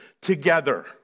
together